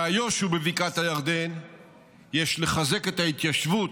באיו"ש ובבקעת הירדן יש לחזק את ההתיישבות,